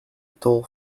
dull